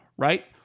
Right